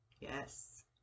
yes